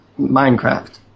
Minecraft